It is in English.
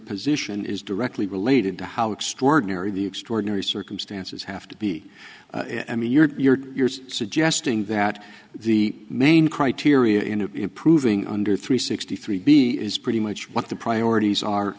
position is directly related to how extraordinary the extraordinary circumstances have to be i mean you're suggesting that the main criteria in improving under three sixty three b is pretty much what the priorities are